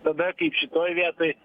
tada kaip šitoj vietoj